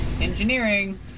Engineering